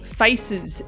faces